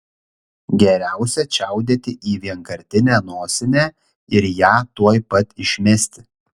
geriausia čiaudėti į vienkartinę nosinę ir ją tuoj pat išmesti